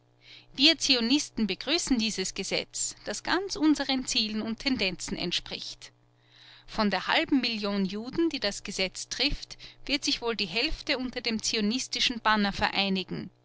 wir zionisten begrüßen dieses gesetz das ganz unseren zielen und tendenzen entspricht von der halben million juden die das gesetz trifft wird sich wohl die hälfte unter dem zionistischen banner vereinigen